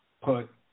put